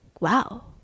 wow